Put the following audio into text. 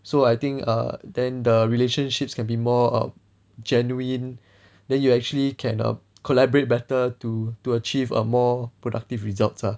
so I think err then the relationships can be more err genuine then you actually can collaborate better to to achieve a more productive results ah